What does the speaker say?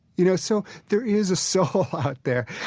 you know so there is a soul out there.